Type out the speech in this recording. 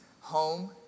home